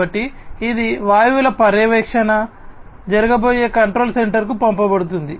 కాబట్టి ఇది వాయువుల పర్యవేక్షణ జరగబోయే కంట్రోల్ సెంటర్కు పంపబడుతుంది